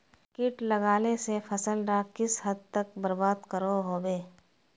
किट लगाले से फसल डाक किस हद तक बर्बाद करो होबे?